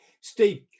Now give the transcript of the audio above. Steve